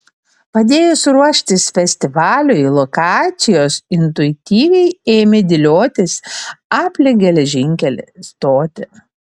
padėjus ruoštis festivaliui lokacijos intuityviai ėmė dėliotis aplink geležinkelį stotį